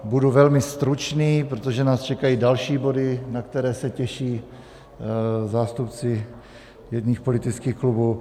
Budu velmi stručný, protože nás čekají další body, na které se těší zástupci politických klubů.